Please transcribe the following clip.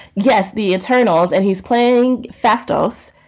yes. the internals. and he's playing fastows,